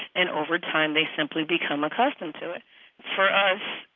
and over time, they simply become accustomed to it for us,